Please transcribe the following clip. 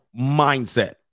mindset